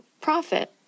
profit